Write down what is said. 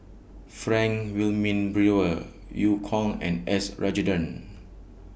Frank Wilmin Brewer EU Kong and S Rajendran